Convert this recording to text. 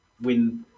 win